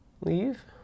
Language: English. leave